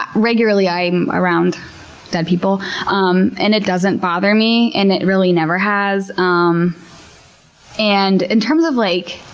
regularly i'm around dead people um and it doesn't bother me, and it really never has. um and in terms of like